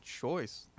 choice